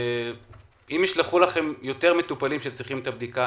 אם ישלחו אליכם יותר מטופלים שצריכים את הבדיקה,